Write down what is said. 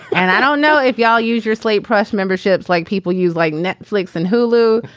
and i don't know if y'all use your slate price memberships like people use like netflix and hulu.